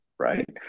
Right